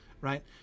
right